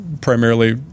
primarily